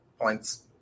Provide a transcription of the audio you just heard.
points